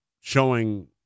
showing